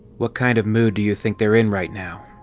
what kind of mood do you think they're in right now?